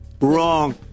Wrong